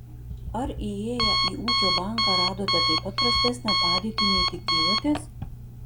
ar įėję į ūkio banką radote taip pat prastesnę padėtį nei tikėjotės